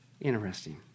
Interesting